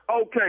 Okay